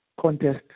contest